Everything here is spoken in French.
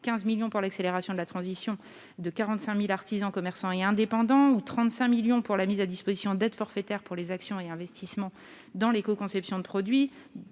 15 millions pour l'accélération de la transition de 45000 artisans commerçants et indépendants ou 35 millions pour la mise à disposition d'aide forfaitaire pour les actions et investissements dans l'éco-conception de produits